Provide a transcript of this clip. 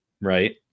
right